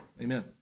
Amen